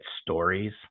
stories